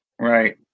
Right